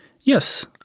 Yes